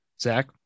Zach